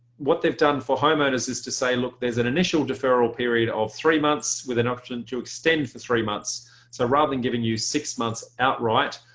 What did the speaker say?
what they've done for homeowners is to say look there's an initial deferral period of three months with an option to extend for three months so rather than giving you six months outright,